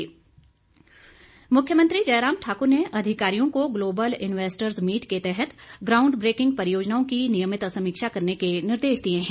ground breaking मुख्यमंत्री जयराम ठाकुर ने अधिकारियों को ग्लोबल इन्वेस्ट्स मीट के तहत ग्राऊंड ब्रेकिंग परियोजनाओं की नियमित समीक्षा करने के निर्देश दिए हैं